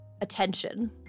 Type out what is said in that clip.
attention